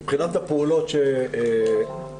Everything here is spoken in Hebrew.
מבחינת הפעולות המרכזיות,